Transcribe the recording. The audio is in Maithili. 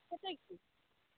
खेतै की